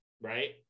right